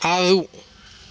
ఆరు